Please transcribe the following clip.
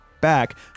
back